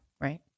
right